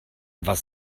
was